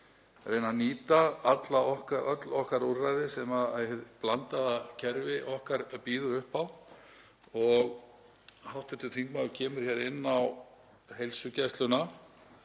að reyna að nýta öll okkar úrræði sem hið blandaða kerfi okkar býður upp á. Hv. þingmaður kemur inn á heilsugæsluna